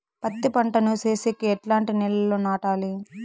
పత్తి పంట ను సేసేకి ఎట్లాంటి నేలలో నాటాలి?